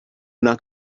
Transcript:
not